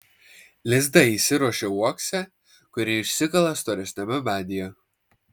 lizdą įsiruošia uokse kurį išsikala storesniame medyje